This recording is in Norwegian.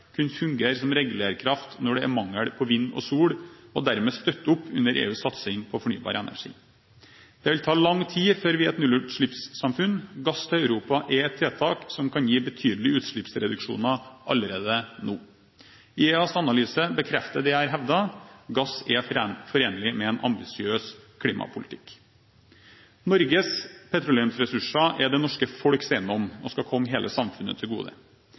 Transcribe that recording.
fungere som regulerkraft når det er mangel på vind og sol, og dermed støtte opp under EUs satsing på fornybar energi. Det vil ta lang tid før vi er et nullutslippssamfunn. Gass til Europa er et tiltak som kan gi betydelige utslippsreduksjoner allerede nå. IEAs analyse bekrefter det jeg hevder, gass er forenlig med en ambisiøs klimapolitikk. Norges petroleumsressurser er det norske folks eiendom og skal komme hele samfunnet til gode.